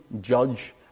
judge